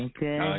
Okay